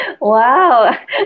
Wow